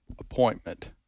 appointment